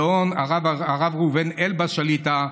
הגאון הרב ראובן אלבז שליט"א,